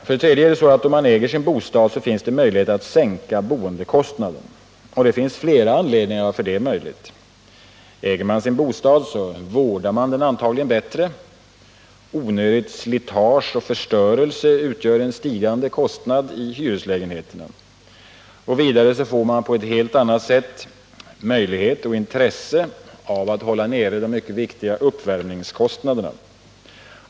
För det tredje: Äger man sin bostad finns det möjlighet att sänka boendekostnaden. Det finns flera anledningar till att det är möjligt. Äger man sin bostad vårdar man den antagligen bättre. Onödigt slitage och förstörelse utgör en stigande kostnad i hyreslägenheterna. Vidare får man på ett helt annat sätt möjlighet och intresse att hålla nere de mycket viktiga uppvärmningskostnaderna.